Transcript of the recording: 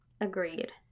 agreed